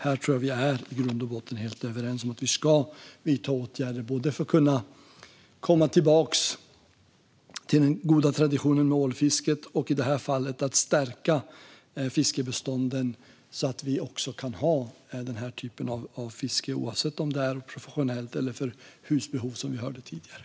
Här tror jag att vi i grund och botten är helt överens om att vi ska vidta åtgärder, både för att kunna komma tillbaka till den goda traditionen med ålfisket och i det här fallet för att stärka fiskbestånden så att vi kan ha denna typ av fiske oavsett om det är professionellt eller för husbehov, som det talades om tidigare.